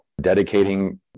Dedicating